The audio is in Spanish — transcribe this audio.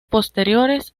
posteriores